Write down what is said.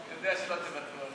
אני יודע שלא תוותרו.